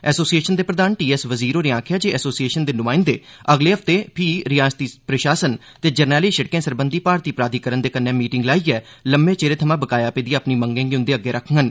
association दे प्रधान T S Wazir होरें आखेआ ऐ जे एसेसिएशन दे नुमाइंदे अगले हफ्ते फ्ही रिआसती प्रशासन ते जरनैली सिड़कें सरबंधी भारती प्राधिकरण दे कन्नै मीटिंग लाइयै लम्मे चिरे थमां बकाया पेदी अपनी मंगें गी उंदे अग्गे रक्खड़न